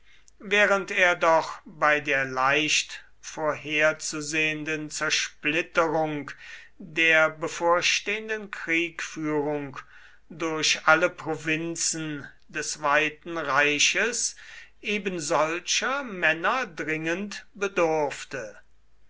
während er doch bei der leicht vorherzusehenden zersplitterung der bevorstehenden kriegführung durch alle provinzen des weiten reiches ebensolcher männer dringend bedurfte